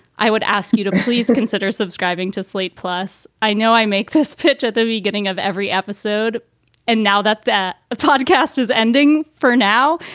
i would ask you to please consider subscribing to slate. plus, i know i make this pitch at the beginning of every episode and now that that podcast is ending for now,